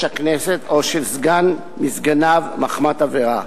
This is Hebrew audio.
הכנסת או של סגן מסגניו מחמת עבירה.